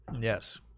yes